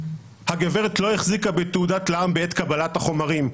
הגברת לא החזיקה בתעודת לע"מ בעת קבלת החומרים.